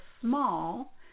small